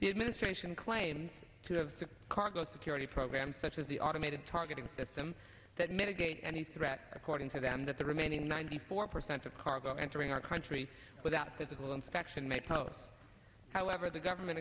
the administration claims to have a cargo security program such as the automated targeting system that mitigate any threat according to them that the remaining ninety four percent of cargo entering our country without physical inspection may pose however the government